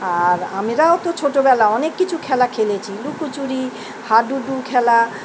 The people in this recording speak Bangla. আর আমরাও তো ছোটোবেলা অনেক কিছু খেলা খেলেছি লুকোচুরি হাডুডু খেলা